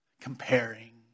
Comparing